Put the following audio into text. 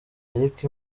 ariko